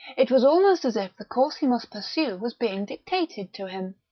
it was almost as if the course he must pursue was being dictated to him.